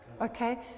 okay